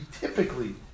typically